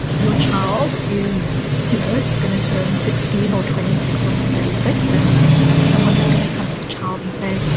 your child is you know going to turn sixteen or twenty six or thirty six, and someone is going to come to the child and say,